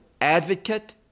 advocate